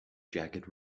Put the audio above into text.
jagged